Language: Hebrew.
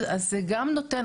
אז זה גם נותן.